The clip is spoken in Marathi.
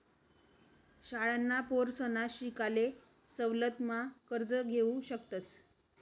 शाळांना पोरसना शिकाले सवलत मा कर्ज घेवू शकतस